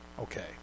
Okay